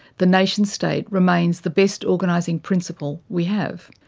the nation state remains the best organizing principle we have,